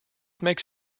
makes